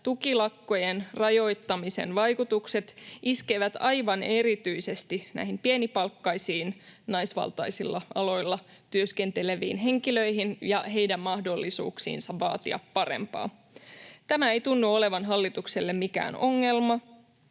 tukilakkojen rajoittamisen vaikutukset iskevät aivan erityisesti näihin pienipalkkaisiin, naisvaltaisilla aloilla työskenteleviin henkilöihin ja heidän mahdollisuuksiinsa vaatia parempaa. Tämä ei tunnu olevan hallitukselle mikään ongelma,